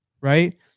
right